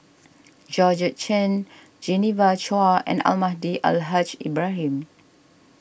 Georgette Chen Genevieve Chua and Almahdi Al Haj Ibrahim